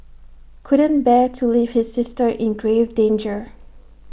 couldn't bear to leave his sister in grave danger